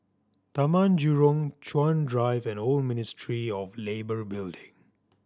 Taman Jurong Chuan Drive and Old Ministry of Labour Building